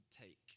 take